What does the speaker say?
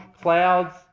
clouds